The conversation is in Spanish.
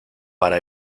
para